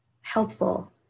helpful